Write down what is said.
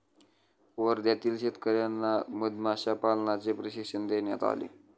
वर्ध्यातील शेतकर्यांना मधमाशा पालनाचे प्रशिक्षण देण्यात आले